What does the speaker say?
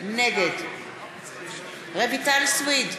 נגד רויטל סויד,